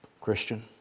Christian